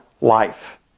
life